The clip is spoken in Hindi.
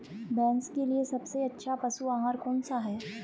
भैंस के लिए सबसे अच्छा पशु आहार कौनसा है?